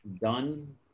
done